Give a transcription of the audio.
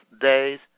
days